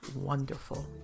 wonderful